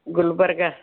Gulbarga